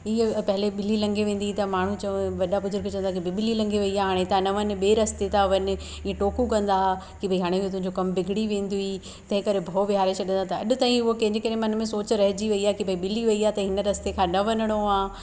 हीअ पहले ॿिली लंॻहे वेंदी त माण्हू बुजूर्ग चवंदा की भई ॿिली लंॻहे वई आहे हाणे तव्हां न वञे ॿिए रस्ते था वञी ईअं टोकूं कंदा हा की भई हाणे भई तुंहिंजो कम बिगड़ी वेंदी हुई तंहिं करे भओ वेहारे छॾंदा त अॼु ताईं हुअ कंहिंजे कंहिंजे मन में सोच रहिजी वई आहे की भई ॿिली वई आहे त हिन रस्ते खां न वञिणो आहे